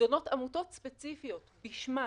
נדונות עמותות ספציפיות בשמן